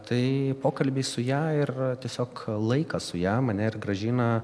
tai pokalbiai su ja ir tiesiog laikas su ja mane ir grąžina